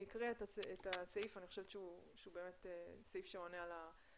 היא הקריאה את הסעיף ואני חושבת שהוא סעיף שעונה על המטרה.